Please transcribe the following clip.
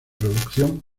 producción